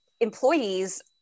employees